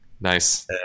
nice